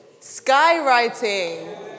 Skywriting